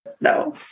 No